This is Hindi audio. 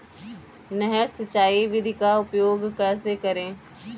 नहर सिंचाई विधि का उपयोग कैसे करें?